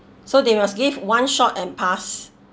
so they must give one shot and pass